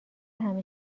همه